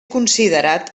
considerat